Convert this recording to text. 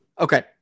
Okay